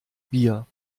bier